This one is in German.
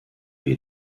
wir